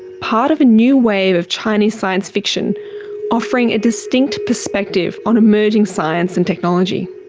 part of a new wave of chinese science fiction offering a distinct perspective on emerging science and technology.